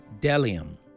delium